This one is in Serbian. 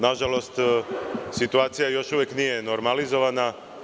Na žalost, situacija još uvek nije normalizovana.